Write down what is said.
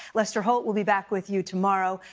lester holt will be back with you tomorrow.